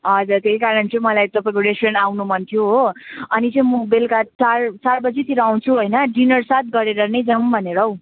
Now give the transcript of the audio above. हजुर त्यही कारण चाहिँ मलाई तपाईँको रेस्टुरेन्ट आउनु मन थियो हो अनि चाहिँ म बेलुका चार चार बजीतिर आउँछु होइन डिनरसाथ गरेर नै जाउँ भनेर हौ